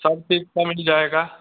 सब चीज़ का मिल जाएगा